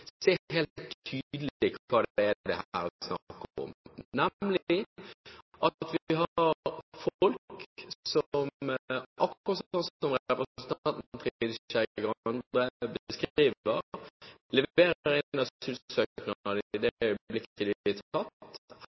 ser helt tydelig hva det her er snakk om, nemlig at det er folk som – akkurat slik som representanten Trine Skei Grande beskriver det – leverer inn en asylsøknad i